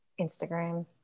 instagram